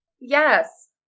Yes